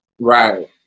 Right